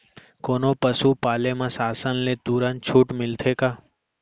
कोनो पसु पाले म शासन ले तुरंत छूट मिलथे का?